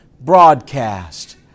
broadcast